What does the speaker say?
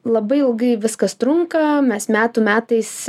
labai ilgai viskas trunka mes metų metais